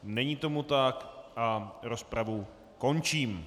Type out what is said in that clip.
Není tomu tak a rozpravu končím.